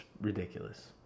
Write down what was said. ridiculous